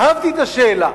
אהבתי את השאלה,